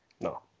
No